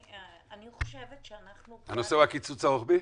אני חושבת שאנחנו --- הנושא הוא הקיצוץ הרוחבי,